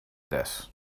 this